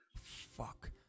Fuck